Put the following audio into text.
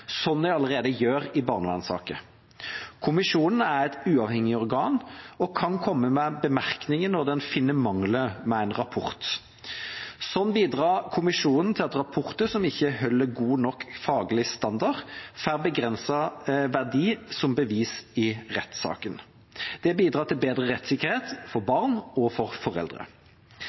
de allerede gjør i barnevernssaker. Kommisjonen er et uavhengig organ og kan komme med bemerkninger når den finner mangler ved en rapport. Sånn bidrar kommisjonen til at rapporter som ikke holder god nok faglig standard, får begrenset verdi som bevis i rettssakene. Det bidrar til bedre rettssikkerhet for barn og for foreldre.